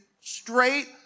straight